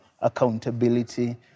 accountability